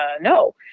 no